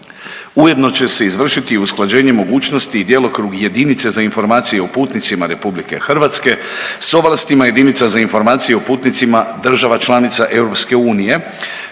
ujedno će se izvršiti i usklađenje mogućnosti i djelokrug jedinice za informacije o putnicima Republike Hrvatske s ovlastima jedinica za informacije o putnicima država članica EU